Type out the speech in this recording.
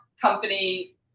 company